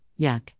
yuck